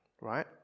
right